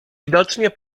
widocznie